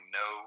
no